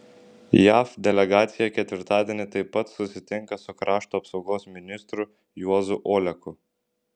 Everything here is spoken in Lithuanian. jav delegacija ketvirtadienį taip pat susitinka su krašto apsaugos ministru juozu oleku